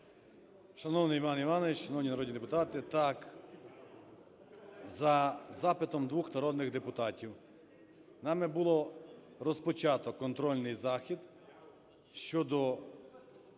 Шановний Іван Іванович! Шановні народні депутати! Так, за запитом двох народних депутатів нами було розпочато контрольний захід щодо